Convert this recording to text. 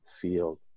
field